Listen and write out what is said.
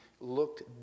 looked